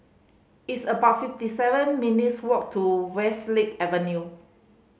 it's about fifty seven minutes' walk to Westlake Avenue